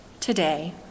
today